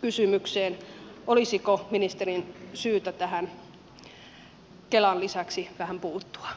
kysymykseen olisiko ministerin syytä tähän kelan lisäksi vähän puuttua